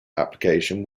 application